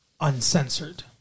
uncensored